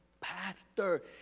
pastor